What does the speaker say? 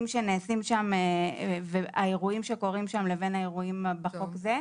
שנעשים שם והאירועים שקורים שם לבין האירועים בחוק זה.